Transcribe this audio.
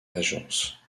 régence